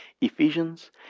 Ephesians